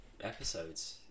episodes